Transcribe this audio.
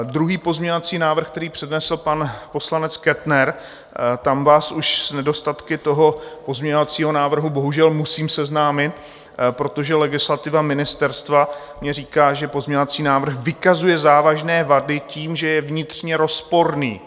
Druhý pozměňovací návrh, který přednesl pan poslanec Kettner, tam vás už s nedostatky toho pozměňovacího návrhu bohužel musím seznámit, protože legislativa ministerstva mi říká, že pozměňovací návrh vykazuje závažné vady tím, že je vnitřně rozporný.